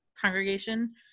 congregation